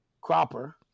Cropper